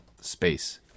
space